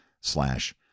slash